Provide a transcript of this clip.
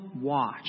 watch